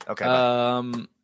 Okay